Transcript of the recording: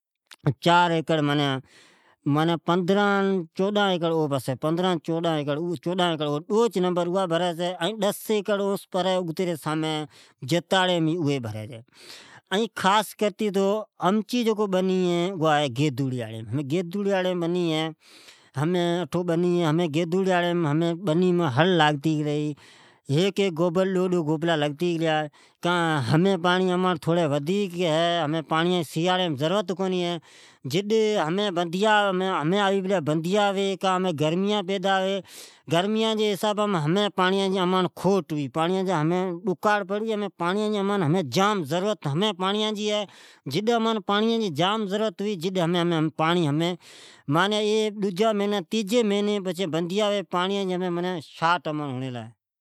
چار ایکڑ معنی او پاسئ پندران اہن چوڈان ایکڑ او پاسی ۔ پندران اہن چوڈان ایکڑ او پاسی ۔ معنی ڈو نمبر اوا بھری چھی ، این ڈس ایکڑ سامی جتاڑی ۔ڈجی جتھاڑا نمبر ھئ۔ ڈس اہکڑ اوی بھری چھی ،این امچے خاص کرتے بنی ھی اوا ھی گیدوڑھائی بنی ھی۔ معنی امیچے بنی ھے ،ھمین گیدوڑیا مین ھڑ لگتی گلی ھئ ،ھیک ھیک گوبل یا ڈو ڈو گوبلا لاگتی گلیا ھی۔ کا تی ھمین سیارا ھے تو پانڑیا جی ضرورت کنی ، ھمین بیدیا آوی پلیا ۔ اماٹھ گرمیا پیدا ھوی ۔اگتی امن پانڑیا جی کھوٹ ھوی ۔ ھمین اماتھ ڈکار ھوئ۔ این پانڑیا جی گھڑی ضرورت ھوی ، ڈجو یا تیجی مھنیم بیدیا ھوی جام پانڑیا جی ساٹیج ھوی